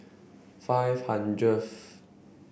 five hundredth